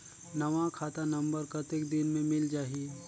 नवा खाता नंबर कतेक दिन मे मिल जाही?